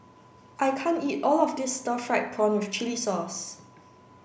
I can't eat all of this stir fried prawn with chili sauce